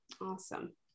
Awesome